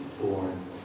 born